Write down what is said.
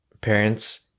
parents